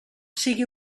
sigui